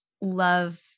love